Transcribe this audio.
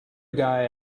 guy